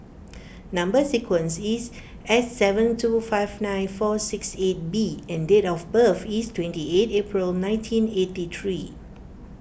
Number Sequence is S seven two five nine four six eight B and date of birth is twenty eight April nineteen eighty three